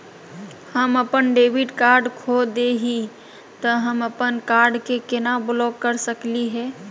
हम अपन debit card खो दे ही, त हम अप्पन कार्ड के केना ब्लॉक कर सकली हे?